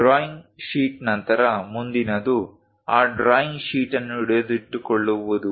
drawing sheet ನಂತರ ಮುಂದಿನದು ಆ ಡ್ರಾಯಿಂಗ್ ಶೀಟ್ ಅನ್ನು ಹಿಡಿದಿಟ್ಟುಕೊಳ್ಳುವುದು